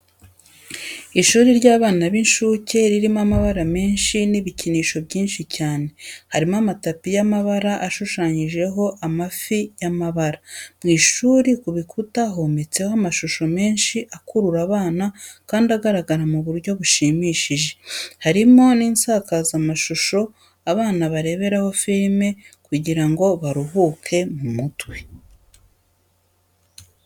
Ishuri ry'abana b'incuke ririmo amabara menshi n'ibikinisho byinshi cyane, harimo amatapi y'amabara ashushanyijeho amafi y'amabara, mu ishuri ku bikuta hometseho amashusho menshi akurura abana kandi agaragara mu buryo bushimishije, harimo n'insakazamashusho abana bareberaho filime kugira baruhuke mu mutwe.